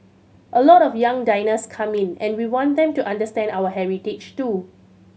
a lot of young diners come in and we want them to understand our heritage too